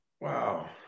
Wow